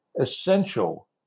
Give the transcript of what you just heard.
essential